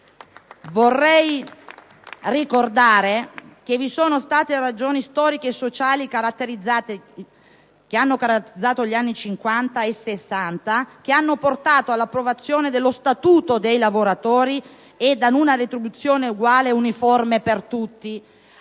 Vorrei ricordare che vi sono state ragioni storiche e sociali, che hanno caratterizzato gli anni Cinquanta e Sessanta, che hanno portato all'approvazione dello Statuto dei lavoratori e ad una retribuzione uguale ed uniforme per tutti.